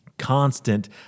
constant